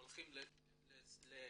הולכים לקנדה,